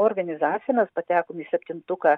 organizacija mes patekom į septintuką